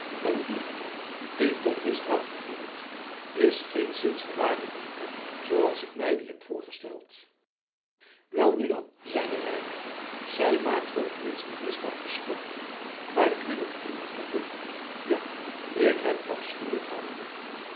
een liefde die tot misdaad vervoert is geenszins de ware liefde zooals ik mij die heb voorgesteld welnu dan zeide reinout zij maakt voor t minst die misdaad verschoonlijk maar ik wil het u niet verbloemen ja ik heb afschuwelijk gehandeld